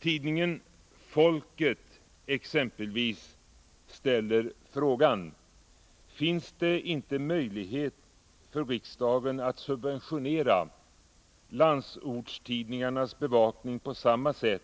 Tidningen Folket ställer exempelvis frågan: Finns det inte möjlighet för riksdagen att subventionera landsortstidningarnas bevakning på samma sätt